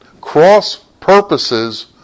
cross-purposes